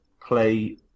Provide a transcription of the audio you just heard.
play